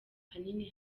ahanini